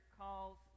calls